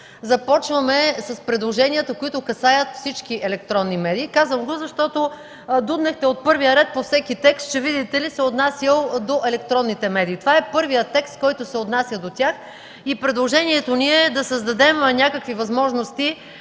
започваме с предложенията, които касаят всички електронни медии. Казвам го, защото дуднехте от първия ред по всеки текст, че, видите ли, се отнасял до електронните медии. Това е първият текст, който се отнася до тях. Предложението ни е да създадем някакви възможности